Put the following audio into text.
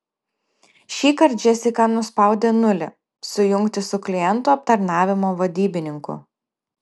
šįkart džesika nuspaudė nulį sujungti su klientų aptarnavimo vadybininku